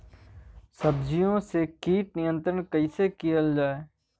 सब्जियों से कीट नियंत्रण कइसे कियल जा?